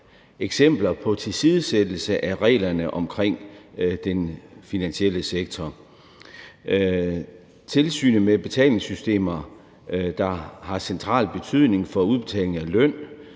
eksempler på tilsidesættelse af reglerne omkring den finansielle sektor. Tilsynet med betalingssystemer, der har central betydning for udbetaling af løn